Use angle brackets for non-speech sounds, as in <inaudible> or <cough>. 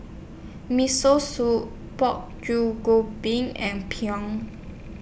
Miso Soup Pork <unintelligible> and <unintelligible>